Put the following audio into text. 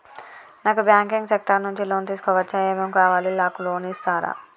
నాకు banking sector నుంచి loan తీసుకోవచ్చా? ఏమేం కావాలి? నాకు లోన్ ఇస్తారా?